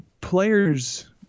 players